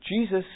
Jesus